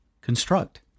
construct